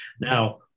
Now